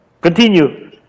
Continue